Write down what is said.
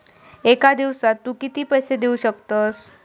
एका दिवसात तू किती पैसे देऊ शकतस?